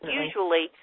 usually